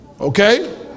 Okay